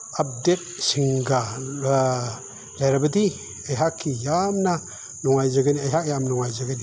ꯑꯞꯗꯦꯗꯁꯤꯡꯒ ꯂꯩꯔꯕꯗꯤ ꯑꯩꯍꯥꯛꯀꯤ ꯌꯥꯝꯅ ꯅꯨꯡꯉꯥꯏꯖꯒꯅꯤ ꯑꯩꯍꯥꯛ ꯌꯥꯝ ꯅꯨꯡꯉꯥꯏꯖꯒꯅꯤ